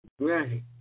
Right